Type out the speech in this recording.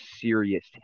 serious